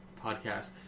podcast